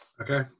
Okay